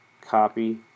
Copy